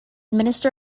minister